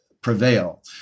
prevail